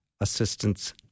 assistance